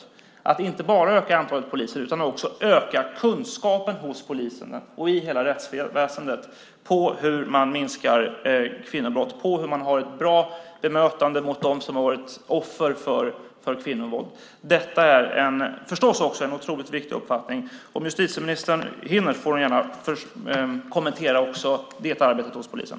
Det handlar om att inte bara öka antalet poliser utan också öka kunskapen hos poliserna och i hela rättsväsendet om hur man minskar kvinnobrott och om hur man har ett bra bemötande mot dem som har fallit offer för kvinnovåld. Detta är förstås också en otroligt viktig uppgift. Om justitieministern hinner får hon gärna kommentera också det arbetet hos polisen.